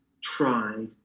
tried